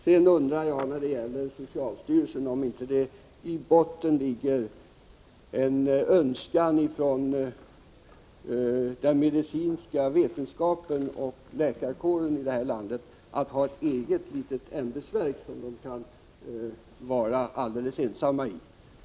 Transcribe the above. Sedan undrar jag, när det gäller socialstyrelsen, om det inte i botten ligger en önskan från den medicinska vetenskapen och läkarkåren här i landet att ha ett eget litet ämbetsverk, som de kan vara alldeles ensamma om.